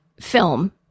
film